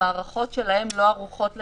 המערכות שלהם לא ערוכות לדיווח.